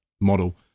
model